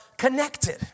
Connected